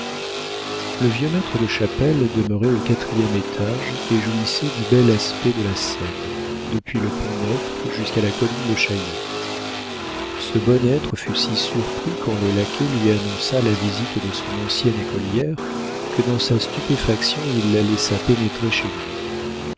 le vieux maître de chapelle demeurait au quatrième étage et jouissait du bel aspect de la seine depuis le pont-neuf jusqu'à la colline de chaillot ce bon être fut si surpris quand le laquais lui annonça la visite de son ancienne écolière que dans sa stupéfaction il la laissa pénétrer chez lui